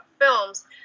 films